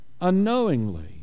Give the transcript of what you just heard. unknowingly